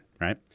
right